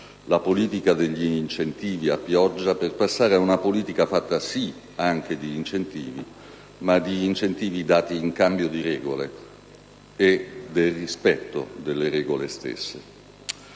la politica degli incentivi a pioggia per passare ad una politica fatta, sì, anche di incentivi, ma di incentivi dati in cambio di regole e del loro rispetto.